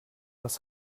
was